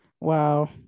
Wow